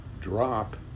drop